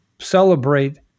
celebrate